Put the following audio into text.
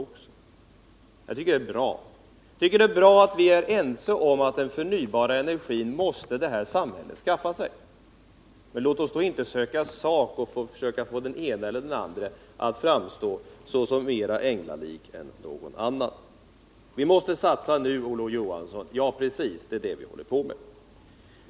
Jag tycker det är bra att vi är ense om att vi behöver den förnybara energin. Låt oss därför inte söka sak för att få den ene eller den andre att framstå som mer änglalik än den andre. Vi måste satsa nu, Olof Johansson, och det är precis vad vi håller på med.